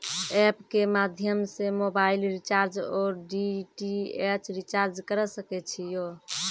App के माध्यम से मोबाइल रिचार्ज ओर डी.टी.एच रिचार्ज करऽ सके छी यो?